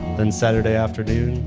then saturday afternoon,